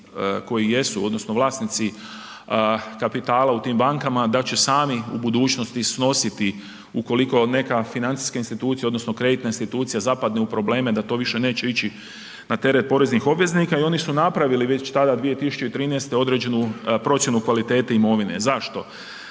koji jesu odnosno vlasnici kapitala u tim bankama, da će sami u budućnosti snositi ukoliko neka financijska institucija odnosno kreditna institucija zapadne u probleme da to više neće ići na teret poreznih obveznika i oni su napravili već tada 2013. određenu procjenu kvalitete imovine. Zašto?